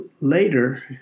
later